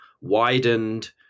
widened